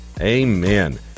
Amen